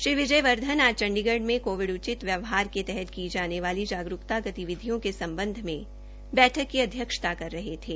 श्री विजय वर्धन आज चडीगढ़ में कोविड उचित व्यवहार के तहत की जाने वाली जागरुकता गतिविधियों के संबंध में बैठक की अध्यक्षता कर रहे थे